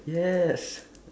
yes